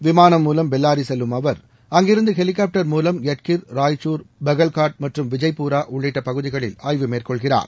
விமானம் மூலம் பெல்லாரி செல்லும் அவர் அங்கிருந்து ஹெலிகாப்டர் மூலம் யட்கிர் ராய்ச்சூர் பகல்காட் மற்றும் விஜய்பூரா உள்ளிட்ட பகுதிகளில் ஆய்வு மேற்கொள்கிறார்